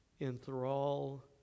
enthrall